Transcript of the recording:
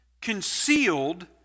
concealed